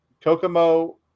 Kokomo